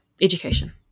education